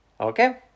Okay